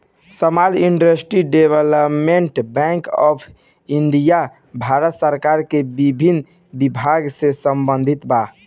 small industries development bank of India Bharat सरकार के विधि विभाग से संबंधित बा